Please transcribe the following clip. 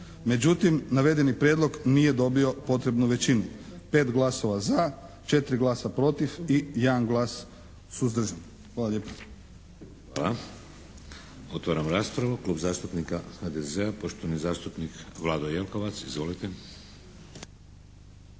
Međutim, navedeni prijedlog nije dobio potrebnu većinu. 5 glasova za, 4 glasa protiv i 1 glas suzdržan. Hvala lijepa. **Šeks, Vladimir (HDZ)** Hvala. Otvaram raspravu. Klub zastupnika HDZ-a, poštovani zastupnik Vlado Jelkovac. Izvolite.